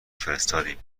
فرستادیم